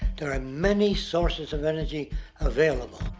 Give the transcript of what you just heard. there are many sources of energy available.